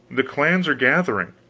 the clans are gathering.